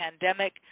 pandemic